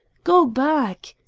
go back!